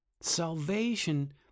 Salvation